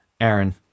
Aaron